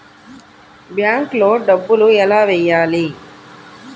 బ్యాంక్లో డబ్బులు ఎలా వెయ్యాలి?